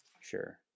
Sure